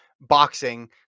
boxing